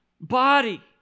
body